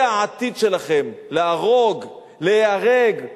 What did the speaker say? זה העתיד שלכם, להרוג, להיהרג.